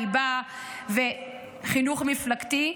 ליבה וחינוך מפלגתי,